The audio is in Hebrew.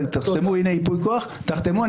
הינה ייפוי כוח, תחתמו.